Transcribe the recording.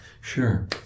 Sure